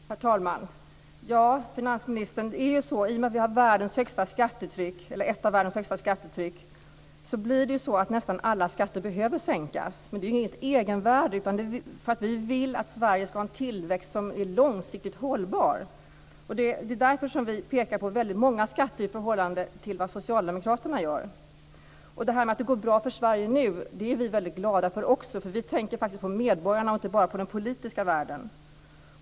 Herr talman! Ja, finansministern, i och med att vi har ett av världens högsta skattetryck blir det så att nästan alla skatter behöver sänkas. Men detta har inget egenvärde. Vi vill att Sverige ska ha en tillväxt som är långsiktigt hållbar. Det är därför vi pekar på väldigt många skatter som behöver sänkas i förhållande till vad Socialdemokraterna gör. Vi är också väldigt glada för att det går bra för Sverige nu. Vi tänker faktiskt på medborgarna och inte bara på den politiska världen.